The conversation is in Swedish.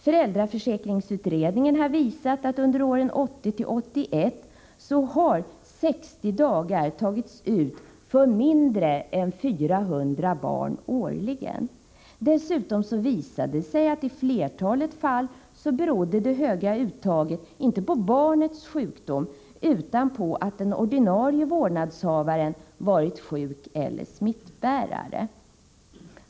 Föräldraförsäkringsutredningen har visat att under åren 1980-1981 har 60 dagar tagits ut för mindre än 400 barn årligen. Dessutom visade det sig att det höga uttaget i flertalet fall inte berodde på barnets sjukdom utan på att den ordinarie vårdnadshavaren varit sjuk eller smittbärare.